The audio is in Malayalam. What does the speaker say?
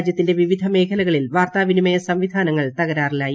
രാജ്യത്തിന്റെ വിവിധ മേഖലകളിൽ വാർത്താവിനിമയ സംവിധാനങ്ങൾ തകരാറിലായി